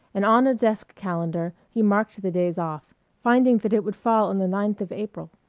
and on a desk calendar he marked the days off, finding that it would fall on the ninth of april.